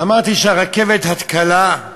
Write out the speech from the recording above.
אמרתי שהרכבת הקלה,